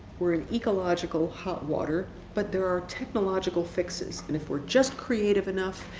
we're ecological hot water, but there are technological fixes and if we're just creative enough,